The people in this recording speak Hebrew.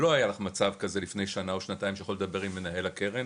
לא היה לך מצב כזה לפני שנה או שנתיים שיכולת לדבר עם מנהל הקרן.